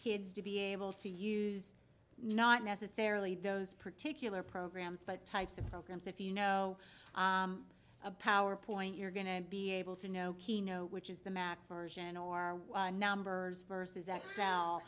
kids to be able to use not necessarily those particular programs but types of programs if you know a power point you're going to be able to know keno which is the mac version numbers versus